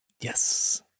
Yes